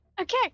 Okay